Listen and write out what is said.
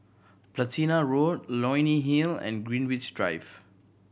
Platina Road Leonie Hill and Greenwich Drive